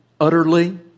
utterly